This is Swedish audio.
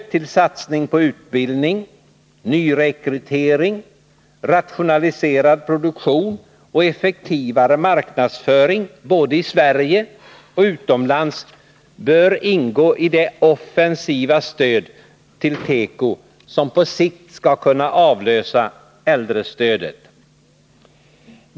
Stöd till satsning på utbildning, nyrekrytering, rationaliserad produktion och effektivare marknadsföring både i Sverige och utomlands bör ingå i det offensiva stöd till teko som på sikt skall kunna avlösa äldrestödet.